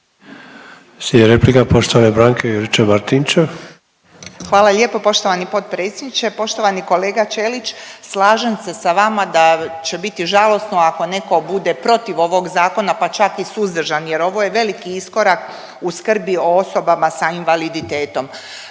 **Juričev-Martinčev, Branka (HDZ)** Hvala lijepo poštovani potpredsjedniče. Poštovani kolega Ćelić, slažem se sa vama da će biti žalosno ako netko bude protiv ovog zakona pa čak i suzdržan, jer ovo je veliki iskorak u skrbi o osobama sa invaliditetom.